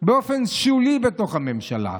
באופן שולי בתוך הממשלה?